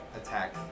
attack